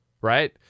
right